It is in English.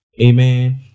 amen